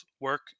work